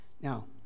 Now